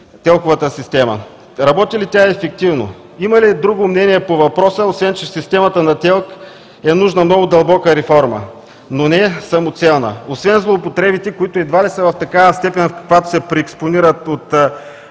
ТЕЛК-овата система. Работи ли тя ефективно? Има ли друго мнение по въпроса, освен че в системата на ТЕЛК е нужна много дълбока реформа, но не самоцелна. Освен злоупотребите, които едва ли са в такава степен, в каквато се преекспонират от